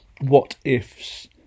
what-ifs